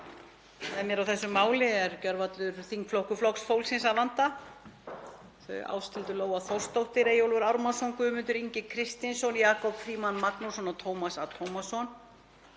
Með mér á þessu máli er gjörvallur þingflokkur Flokks fólksins að vanda, þau Ásthildur Lóa Þórsdóttir, Eyjólfur Ármannsson, Guðmundur Ingi Kristinsson, Jakob Frímann Magnússon og Tómas A. Tómasson.